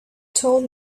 told